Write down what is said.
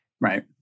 right